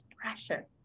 pressure